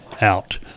out